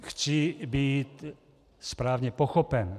Chci být správně pochopen.